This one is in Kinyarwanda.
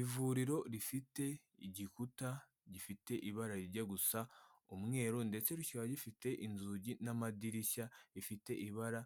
Ivuriro rifite igikuta gifite ibara rijya gusa umweru ndetse rikaba gifite inzugi n'amadirishya rifite ibara